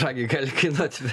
brangiai gali kainuoti